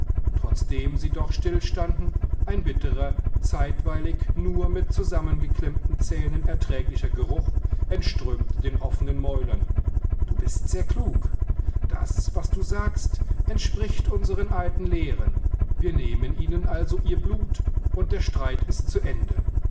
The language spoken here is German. trotzdem sie doch stillestanden ein bitterer zeitweilig nur mit zusammengeklemmten zähnen erträglicher geruch entströmte den offenen mäulern du bist sehr klug das was du sagst entspricht unserer alten lehre wir nehmen ihnen also ihr blut und der streit ist zu ende